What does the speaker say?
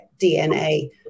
DNA